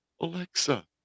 Alexa